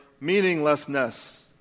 meaninglessness